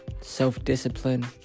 self-discipline